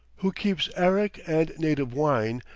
who keeps arrack and native wine,